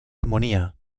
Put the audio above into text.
armonía